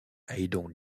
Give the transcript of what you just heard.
haydon